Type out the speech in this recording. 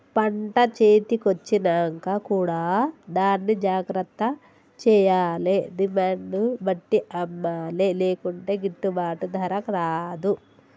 పంట చేతి కొచ్చినంక కూడా దాన్ని జాగ్రత్త చేయాలే డిమాండ్ ను బట్టి అమ్మలే లేకుంటే గిట్టుబాటు ధర రాదు